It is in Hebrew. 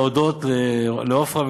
להודות לעופרה,